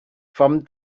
from